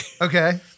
Okay